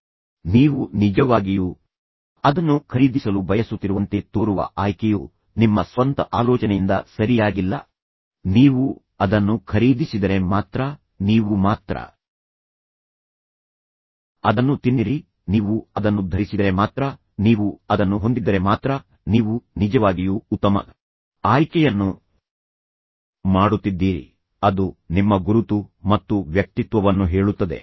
ಆದ್ದರಿಂದ ನೀವು ನಿಜವಾಗಿಯೂ ಅದನ್ನು ಖರೀದಿಸಲು ಬಯಸುತ್ತಿರುವಂತೆ ತೋರುವ ಆಯ್ಕೆಯು ನಿಮ್ಮ ಸ್ವಂತ ಆಲೋಚನೆಯಿಂದ ಸರಿಯಾಗಿಲ್ಲ ಯಾರೋ ಒಬ್ಬರು ನಿಜವಾಗಿಯೂ ನಿಮ್ಮ ಆಲೋಚನೆಯನ್ನು ಭೇದಿಸಿದ್ದಾರೆ ಮತ್ತು ನಿಮ್ಮ ಮನಸ್ಸಿನಲ್ಲಿ ನಿಮಗೆ ಕೆಲವು ರೀತಿಯ ಚಿತ್ರವನ್ನು ನೀಡಿದ್ದಾರೆ ನೀವು ಅದನ್ನು ಖರೀದಿಸಿದರೆ ಮಾತ್ರ ನೀವು ಮಾತ್ರ ಅದನ್ನು ತಿನ್ನಿರಿ ನೀವು ಅದನ್ನು ಧರಿಸಿದರೆ ಮಾತ್ರ ನೀವು ಅದನ್ನು ಹೊಂದಿದ್ದರೆ ಮಾತ್ರ ನೀವು ನಿಜವಾಗಿಯೂ ಉತ್ತಮ ಆಯ್ಕೆಯನ್ನು ಮಾಡುತ್ತಿದ್ದೀರಿ ಅದು ನಿಮ್ಮ ಗುರುತು ಮತ್ತು ವ್ಯಕ್ತಿತ್ವವನ್ನು ಹೇಳುತ್ತದೆ